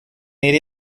need